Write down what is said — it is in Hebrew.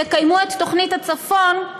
תקיימו את תוכנית הצפון,